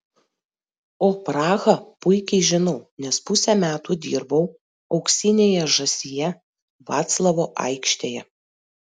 o prahą puikiai žinau nes pusę metų dirbau auksinėje žąsyje vaclavo aikštėje